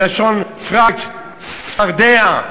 מלשון "פרוג", צפרדע,